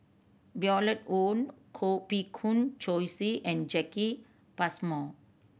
Violet Oon Koh Bee Kuan Joyce and Jacki Passmore